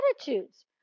attitudes